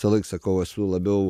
visąlaik sakau esu labiau